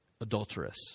adulteress